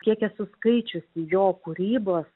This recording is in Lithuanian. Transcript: kiek esu skaičiusi jo kūrybos